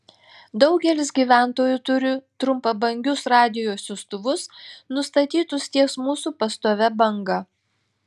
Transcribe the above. daugelis gyventojų turi trumpabangius radijo siųstuvus nustatytus ties mūsų pastovia banga